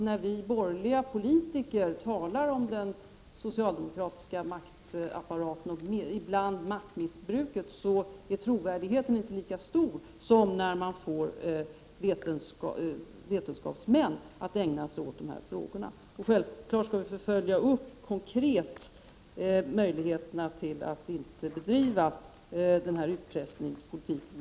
När vi borgerliga politiker talar om den socialdemokratiska maktapparaten och ibland också om maktmissbruket är trovärdigheten inte lika stor som när vetenskapsmän ägnar sig åt dessa frågor. Självfallet skall vi konkret följa upp möjligheterna att komma ifrån den här utpressningspolitiken.